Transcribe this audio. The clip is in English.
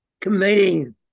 committing